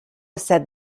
said